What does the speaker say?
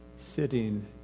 sitting